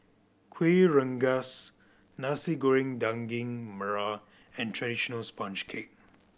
Kueh Rengas Nasi Goreng Daging Merah and traditional sponge cake